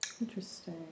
Interesting